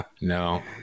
No